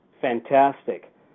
fantastic